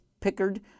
Pickard